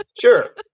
Sure